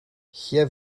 hier